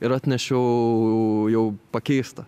ir atnešiau jau pakeistą